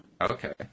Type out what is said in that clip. Okay